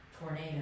Tornado